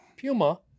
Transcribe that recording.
puma